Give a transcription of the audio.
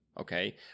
okay